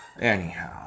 Anyhow